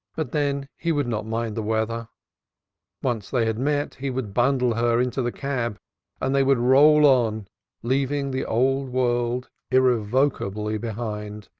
but then he would not mind the weather once they had met he would bundle her into the cab and they would roll on leaving the old world irrevocably behind.